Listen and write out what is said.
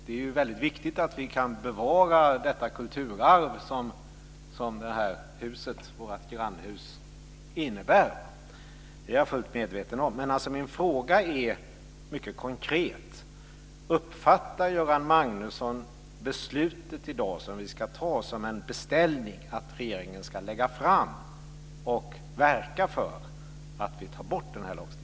Det är viktigt att vi kan bevara det kulturarv som vårt grannhus innebär. Min fråga är mycket konkret: Uppfattar Göran Magnusson beslutet som ska fattas i dag som en beställning att regeringen ska lägga fram förslag och verka för att vi tar bort lagstiftningen?